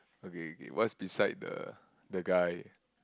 okay okay what's beside the the guy